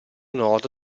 nord